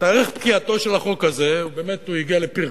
תאריך פקיעתו של החוק הזה, באמת הוא הגיע לפרקו,